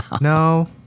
No